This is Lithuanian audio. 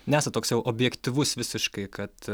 nesat toks jau objektyvus visiškai kad